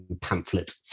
pamphlet